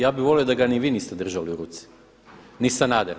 Ja bih volio da ga ni vi niste držali u ruci, ni Sanader.